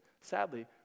Sadly